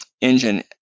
engine